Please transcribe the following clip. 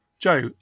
Joe